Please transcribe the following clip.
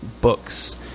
books